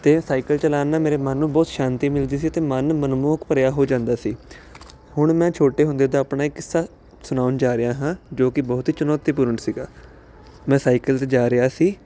ਅਤੇ ਸਾਈਕਲ ਚਲਾਉਣ ਨਾਲ ਮੇਰੇ ਮਨ ਨੂੰ ਬਹੁਤ ਸ਼ਾਂਤੀ ਮਿਲਦੀ ਸੀ ਅਤੇ ਮਨ ਮਨਮੋਹਕ ਭਰਿਆ ਹੋ ਜਾਂਦਾ ਸੀ ਹੁਣ ਮੈਂ ਛੋਟੇ ਹੁੰਦੇ ਦਾ ਆਪਣਾ ਇੱਕ ਕਿੱਸਾ ਸੁਣਾਉਣ ਜਾ ਰਿਹਾ ਹਾਂ ਜੋ ਕਿ ਬਹੁਤ ਹੀ ਚੁਣੌਤੀਪੂਰਨ ਸੀਗਾ ਮੈਂ ਸਾਈਕਲ 'ਤੇ ਜਾ ਰਿਹਾ ਸੀ